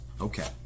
Okay